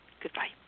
goodbye